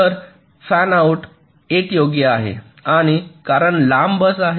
तर fan out 8 योग्य आहे आणि कारण लांब बस आहे